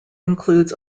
includes